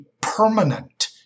permanent